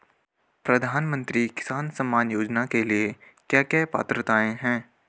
प्रधानमंत्री किसान सम्मान योजना के लिए क्या क्या पात्रताऐं हैं?